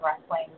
wrestling